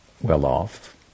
well-off